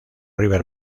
river